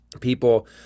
people